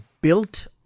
built